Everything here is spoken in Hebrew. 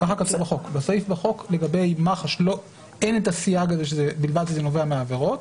בסעיף בחוק לגבי מח"ש אין את הסייג הזה בגלל שזה נובע מעבירות,